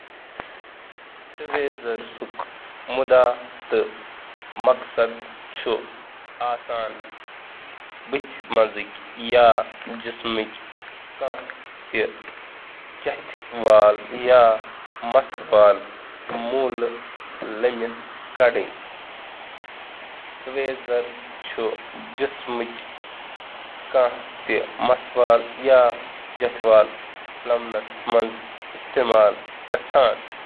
تویٖزر روٗک مقصد سٕ چہِ بُٹھک وال کنادنس منٛز انسٹیمال یَوان کرنہٕ